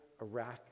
Iraq